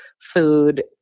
food